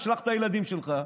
שלח את הילדים שלך,